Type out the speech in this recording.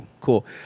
Cool